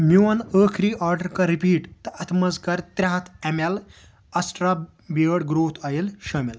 میٛون ٲخری آرڈر کر رِپیٖٹ تہٕ اتھ مَنٛز کر ترٛےٚ ہتھ ایم اٮ۪ل اَسٹرٛا بِیٲڈ گرٛوتھ اَویل شٲمِل